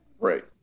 Right